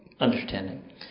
understanding